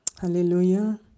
hallelujah